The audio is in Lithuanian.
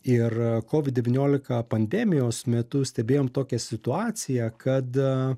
ir kovid devyniolika pandemijos metu stebėjom tokią situaciją kad